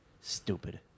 Stupid